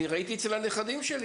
ראיתי את זה אצל הנכדים שלי